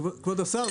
כבוד השר,